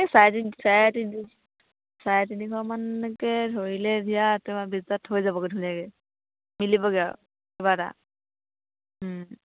এই চাৰে তিনি চাৰে তিনি চাৰে তিনিশ মানকৈ ধৰিলে তোমাৰ পিছত হৈ যাবগৈ ধুনীয়াকৈ মিলিবগৈ আৰু কিবা এটা